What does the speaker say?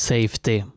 Safety